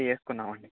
చేసుకున్నాం అండి